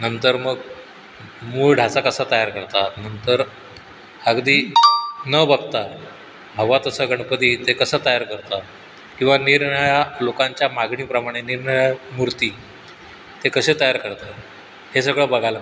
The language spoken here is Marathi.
नंतर मग मूळ ढाचा कसा तयार करतात नंतर अगदी न बघता हवा तसा गणपती ते कसा तयार करतात किंवा निरनिराळ्या लोकांच्या मागणीप्रमाणे निरनिराळ्या मूर्ती ते कसे तयार करतात हे सगळं बघायला मिळालं